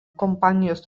kompanijos